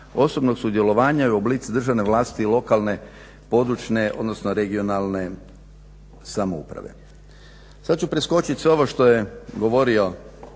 osobnog sudjelovanja i oblici državne vlasti lokalne, područne odnosno regionalne samouprave.